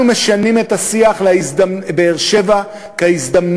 אנחנו משנים את השיח על באר-שבע כהזדמנות